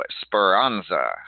Speranza